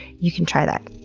you can try that.